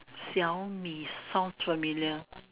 xiao-mi sounds familiar